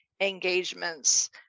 engagements